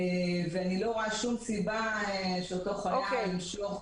ואני לא רואה שום סיבה שאותו חייל ימשוך